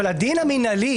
-- אבל הדין המנהלי,